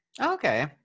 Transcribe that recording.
okay